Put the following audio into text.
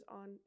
on